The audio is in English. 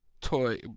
toy